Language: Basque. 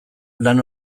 lan